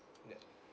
yup